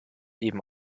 eben